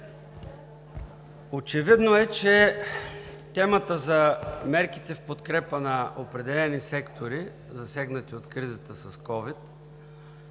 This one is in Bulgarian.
Очевидно е, че темата за мерките в подкрепа на определени сектори, засегнати от кризата с COVID-19,